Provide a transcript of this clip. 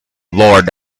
lord